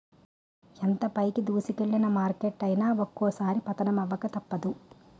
ఎంత పైకి దూసుకెల్లిన మార్కెట్ అయినా ఒక్కోసారి పతనమవక తప్పదు